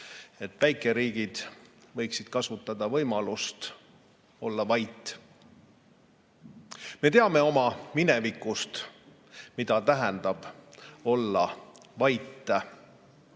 et väikeriigid võiksid kasutada võimalust olla vait. Me teame oma minevikust, mida tähendab olla vait.